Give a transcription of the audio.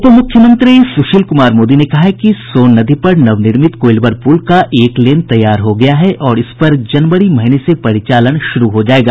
उप मुख्यमंत्री सुशील कुमार मोदी ने कहा है कि सोन नदी पर नवनिर्मित कोईलवर पुल का एक लेन तैयार हो गया है और इस पर जनवरी महीने से परिचालन शुरू हो जायेगा